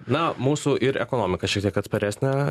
na mūsų ir ekonomika šiek tiek atsparesnė